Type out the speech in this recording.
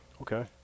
Okay